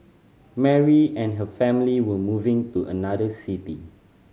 Mary and her family were moving to another city